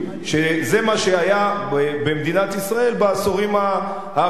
שזה מה שהיה במדינת ישראל בעשורים האחרונים,